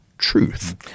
truth